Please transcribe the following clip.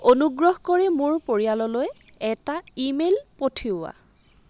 অনুগ্ৰহ কৰি মোৰ পৰিয়াললৈ এটা ই মেইল পঠিওৱা